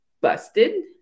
busted